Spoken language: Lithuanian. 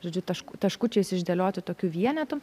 žodžiu tašk taškučiais išdėliotų tokiu vienetų